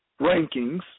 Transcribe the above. rankings